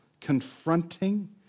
confronting